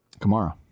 Kamara